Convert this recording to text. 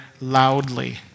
loudly